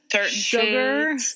sugar